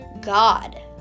God